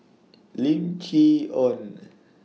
Lim Chee Onn